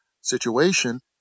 situation